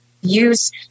use